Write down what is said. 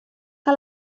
que